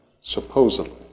supposedly